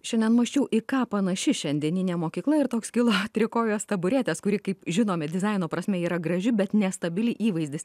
šiandien mąsčiau į ką panaši šiandieninė mokykla ir toks kilo trikojės taburetės kuri kaip žinome dizaino prasme yra graži bet nestabili įvaizdis